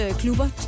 klubber